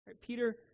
Peter